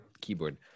keyboard